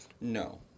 No